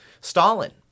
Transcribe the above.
Stalin